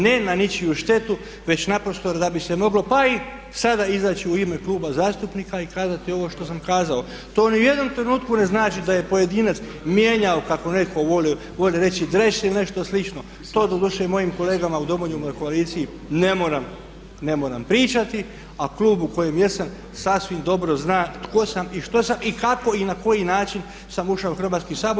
Ne na ničiju štetu već naprosto da bi se moglo pa i sada izaći u ime kluba zastupnika i kazati ovo što sam kazao. o ni u jednom trenutku ne znači da je pojedinac mijenjao kako netko voli reći dres ili nešto slično, to doduše mojim kolegama u Domoljubnoj koaliciji ne moram pričati a klub u kojem jesam sasvim dobro zna tko sam i što sam i kako i na koji način sam ušao u Hrvatski sabor.